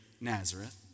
Nazareth